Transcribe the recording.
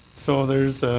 so there's